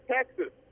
Texas